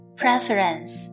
preference